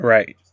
Right